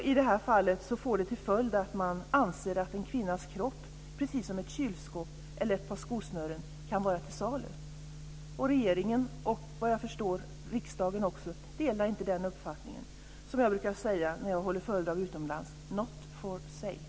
I det här fallet får det till följd att man anser att en kvinnas kropp, precis som ett kylskåp eller ett par skosnören, kan vara till salu. Regeringen och efter vad jag förstår riksdagen delar inte den uppfattningen. Det är som jag brukar säga när jag håller föredrag utomlands: Not for sale.